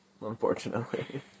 Unfortunately